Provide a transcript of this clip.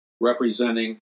representing